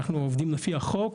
אנחנו עובדים לפי החוק,